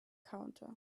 counter